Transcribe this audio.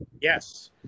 Yes